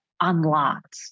unlocked